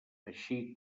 així